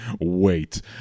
wait